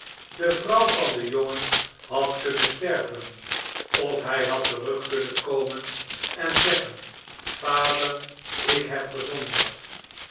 de vrouw van den jongen had kunnen sterven of hij had terug kunnen komen en zeggen vader ik heb gezondigd